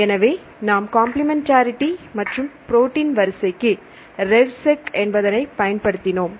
எனவே நாம் கம்பிளிமெண்டரிடி மற்றும் புரோட்டீன் வரிசைக்கு ரெவ்செக் என்பதை பயன்படுத்தினோம்